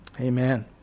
Amen